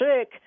sick